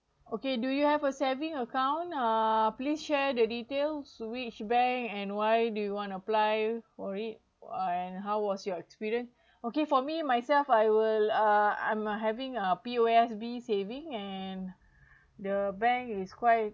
okay do you have a saving account uh please share the details which bank and why do you want to apply for it and how was your experience okay for me myself I will uh I'm having a P_O_S_B saving and the bank is quite